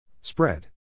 Spread